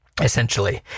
essentially